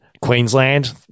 Queensland